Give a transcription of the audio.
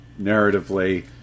narratively